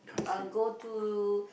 I'll go to